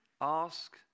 ask